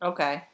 Okay